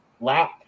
lap